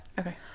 Okay